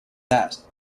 that